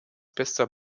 bester